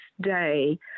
day